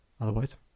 Otherwise